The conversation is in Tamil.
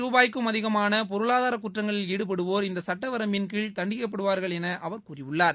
ரூபாய்க்கும் அதிகமான பொருளாதார குற்றங்களில் ஈடுபடுவோர் இந்த சட்ட வரம்பின் கீழ் தண்டிக்கப்படுவார்கள் என அவர் கூறியுள்ளார்